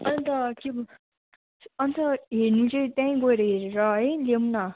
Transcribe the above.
अन्त के पो अन्त हेर्नु चाहिँ त्यहीँ गएर हेरेर है ल्याउँ न